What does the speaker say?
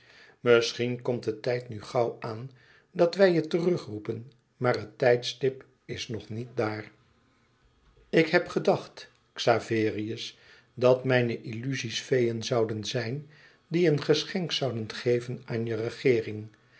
misschien komt de tijd nu gauw aan dat wij je terugroepen maar het tijdstip is nog niet daar ik heb gedacht xaverius dat mijne illuzie's feeën zouden zijn die een geschenk zouden geven aan je regeering